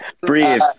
Breathe